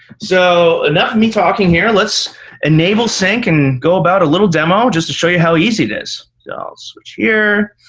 so enough of me talking here. let's enable sync and go about a little demo just to show you how easy it is. i'll switch here.